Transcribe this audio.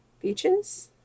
Beaches